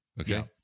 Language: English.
Okay